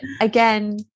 again